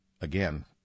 Again